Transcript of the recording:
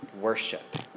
worship